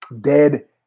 Dead